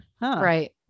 Right